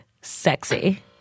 Sexy